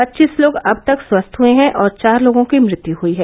पच्चीस लोग अब तक स्वस्थ हुये है और चार लोगों की मृत्यु हुयी है